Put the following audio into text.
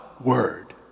Word